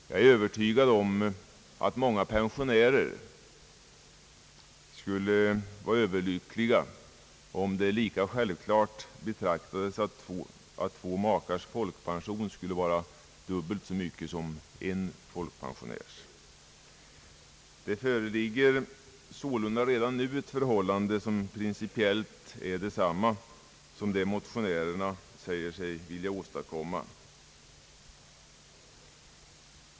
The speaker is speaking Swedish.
Jag är övertygad om att många pensionärer skulle vara överlyckliga, om det vore lika självklart att två makars folkpension skulle vara dubbelt så stor som pensionsbeloppet till en pensionär. Det föreligger sålunda redan nu ett förhållande inom studiemedelssystemet som principiellt är detsamma som det motionärerna säger sig vilja åstadkomma.